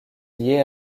lié